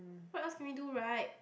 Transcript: what else can we do right